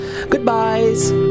Goodbyes